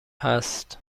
هست